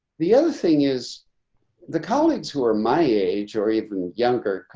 the other thing is the colleagues who are my age or even younger,